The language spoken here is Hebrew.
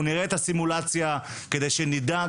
אנחנו נראה את הסימולציה כדי שנדע,